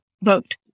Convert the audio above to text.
vote